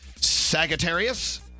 Sagittarius